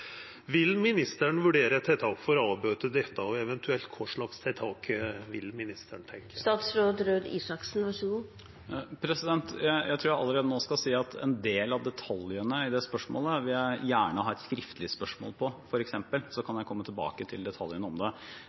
Vil statsråden vurdera tiltak for å avbøta dette, og eventuelt kva slags tiltak vil statsråden tenkja på? Jeg tror jeg allerede nå skal si at en del av detaljene i det spørsmålet vil jeg gjerne ha et skriftlig spørsmål om, så kan jeg komme tilbake til det. Det var bl.a. en endring i 2013, så vidt jeg husker, når det